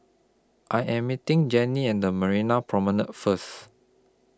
I Am meeting Jannie and Marina Promenade First